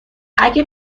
اگه